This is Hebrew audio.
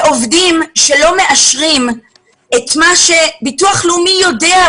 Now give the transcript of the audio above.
ועובדים שלא מאשרים את מה שביטוח לאומי יודע,